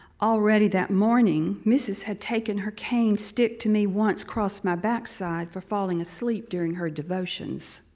already that morning, missus had taken her cane stick to me once cross my backside for falling asleep during her devotions.